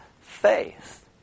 faith